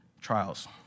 trials